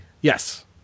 Yes